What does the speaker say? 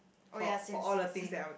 oh ya same same same